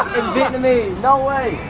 vietnamese. no way.